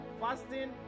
fasting